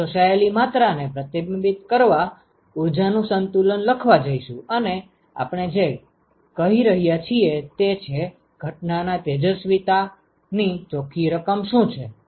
આપણે શોષાયેલી માત્રાને પ્રતિબિંબિત કરવા ઉર્જા નું સંતુલન લખવા જઈશું અને આપણે જે કહી રહ્યા છીએ તે છે ઘટના ના તેજસ્વિતા ની ચોખ્ખી રકમ શું છે